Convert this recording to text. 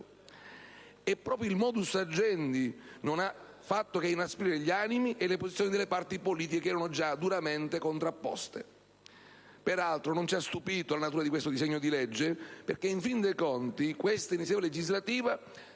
E proprio il *modus agendi* non ha fatto che inasprire gli animi e le posizioni delle parti politiche, già improntate a dura contrapposizione. Peraltro, non ci ha stupito la natura di questo disegno di legge, perché, in fin dei conti, quest'iniziativa legislativa